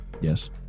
yes